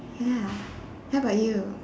ya how about you